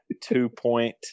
two-point